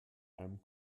einem